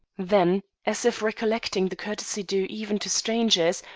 then, as if recollecting the courtesy due even to strangers,